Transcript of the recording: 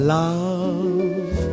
love